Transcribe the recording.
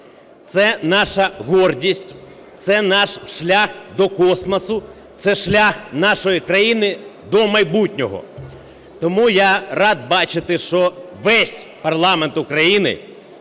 Це наша гордість, це наш шлях до космосу, це шлях нашої країни до майбутнього. Тому я радий бачити, що весь парламент України